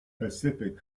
pacific